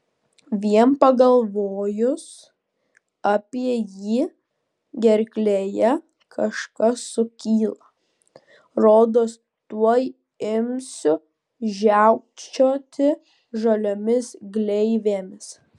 vien pagalvojus apie jį gerklėje kažkas sukyla rodos tuoj imsiu žiaukčioti žaliomis gleivėmis